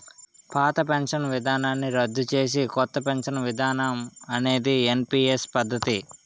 పాత పెన్షన్ విధానాన్ని రద్దు చేసి కొత్త పెన్షన్ విధానం అనేది ఎన్పీఎస్ పద్ధతి